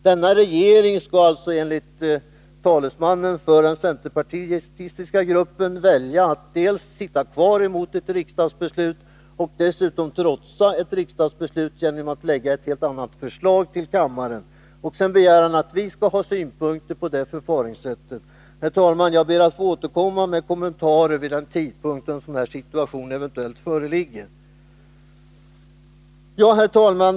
Denna regering skall, enligt talesmannen för den centerpartistiska gruppen, välja att både sitta kvar, emot ett riksdagsbeslut, dessutom trotsa ett riksdagsbeslut genom att lägga fram ett annat förslag till kammaren och sedan begära att vi skall ha synpunkter på det förfaringssättet. Jag ber, herr talman, att få återkomma med kommentarer vid den tidpunkt då den situationen eventuellt föreligger. Herr talman!